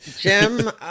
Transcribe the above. Jim